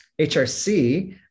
HRC